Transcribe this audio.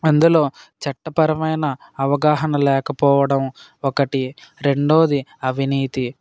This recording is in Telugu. అందులో చట్టపరమైన అవగాహన లేకపోవడం ఒకటి రెండవది అవినీతి